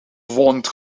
wond